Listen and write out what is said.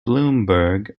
bloomberg